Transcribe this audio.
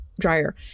dryer